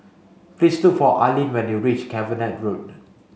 please look for Alleen when you reach Cavenagh Road